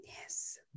Yes